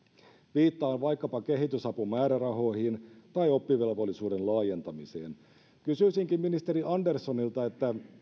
viittaan vaikkapa kehitysapumäärärahoihin tai oppivelvollisuuden laajentamiseen kysyisinkin ministeri anderssonilta